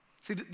See